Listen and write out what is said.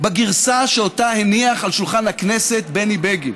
בגרסה שאותה הניח על שולחן הכנסת בני בגין.